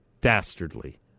dastardly